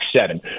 seven